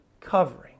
covering